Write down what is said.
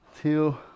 two